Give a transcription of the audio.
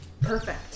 Perfect